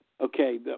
Okay